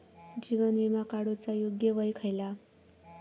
जीवन विमा काडूचा योग्य वय खयला?